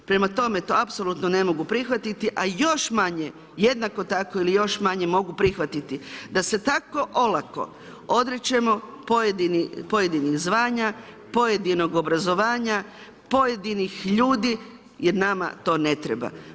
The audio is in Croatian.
Prema tome, to apsolutno ne mogu prihvatiti, a još manje, jednako tako, ili još manje mogu prihvatit, da se tako olako odričemo pojedinih zvanja, pojedinog obrazovanja, pojedinih ljudi, jer nama to ne treba.